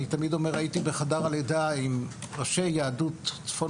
אני תמיד אומר שהייתי בחדר הלידה עם ראשי יהדות צפון